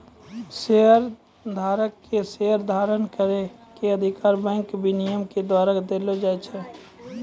शेयरधारक के शेयर धारण करै के अधिकार बैंक विनियमन के द्वारा देलो जाय छै